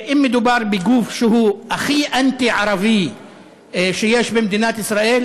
אם מדובר בגוף שהוא הכי אנטי-ערבי שיש במדינת ישראל,